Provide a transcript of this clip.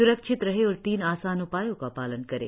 स्रक्षित रहें और तीन आसान उपायों का पालन करें